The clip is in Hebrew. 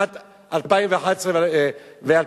שנת 2011 ו-2012.